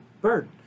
bird